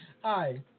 Hi